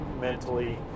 mentally